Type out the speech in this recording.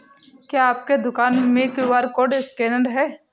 क्या आपके दुकान में क्यू.आर कोड स्कैनर है?